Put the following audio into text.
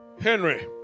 Henry